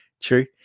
True